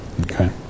Okay